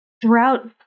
throughout